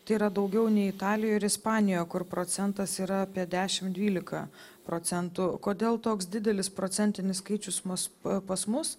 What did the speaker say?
tai yra daugiau nei italijoj ir ispanijoje kur procentas yra apie dešim dvyliką procentų kodėl toks didelis procentinis skaičius mus pas mus